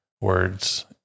words